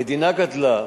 המדינה גדלה,